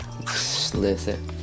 Listen